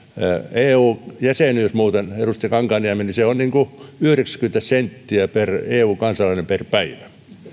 eu jäsenyys muuten edustaja kankaanniemi se on yhdeksänkymmentä senttiä per eu kansalainen per päivä